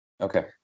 Okay